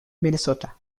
minnesota